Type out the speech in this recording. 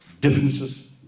differences